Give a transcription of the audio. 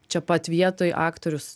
čia pat vietoj aktorius